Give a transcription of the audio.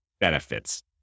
benefits